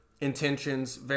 intentions